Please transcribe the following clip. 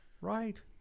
right